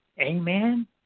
Amen